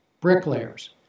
bricklayers